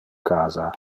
casa